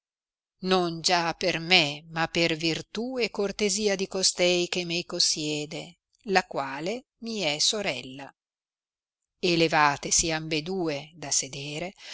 non già per me ma per virtù e cortesia di costei che meco siede la quale mi è sorella e levatesi ambedue da sedere